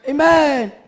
Amen